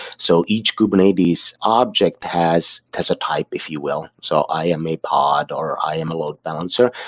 so each kubernetes object has has a type, if you will. so i am a pod, or i am a load balancer,